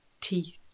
teeth